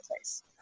place